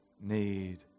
need